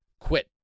quit